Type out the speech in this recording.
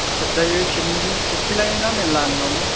खेबजायो खेब खेबफैलायोना मेरला आंनावनो